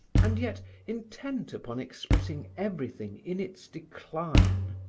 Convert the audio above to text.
and yet intent upon expressing everything in its decline,